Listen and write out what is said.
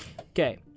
Okay